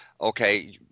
okay